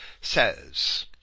says